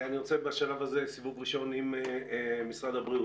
אני רוצה בשלב הזה סיבוב ראשון עם משרד הבריאות.